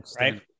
right